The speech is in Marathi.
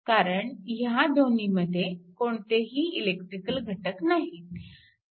कारण ह्या दोन्हीमध्ये कोणतेही इलेक्ट्रिकल घटक नाही